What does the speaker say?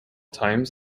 times